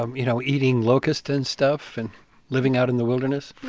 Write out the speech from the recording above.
um you know, eating locust and stuff and living out in the wilderness?